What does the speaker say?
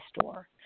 store